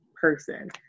person